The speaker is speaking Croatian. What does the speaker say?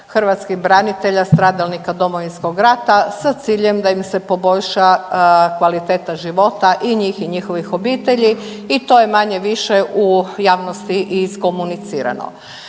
hrvatskih branitelja stradalnika Domovinskog rata sa ciljem da im se poboljša kvaliteta života i njih i njihovih obitelji i to je manje-više u javnosti i iskomunicirano.